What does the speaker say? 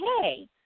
hey